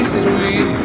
sweet